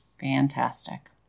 fantastic